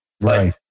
Right